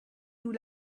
nous